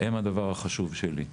הם הדבר החשוב שלי.